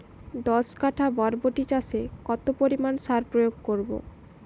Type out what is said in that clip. দশ কাঠা বরবটি চাষে কত পরিমাণ সার প্রয়োগ করব?